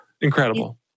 incredible